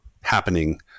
happening